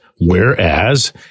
Whereas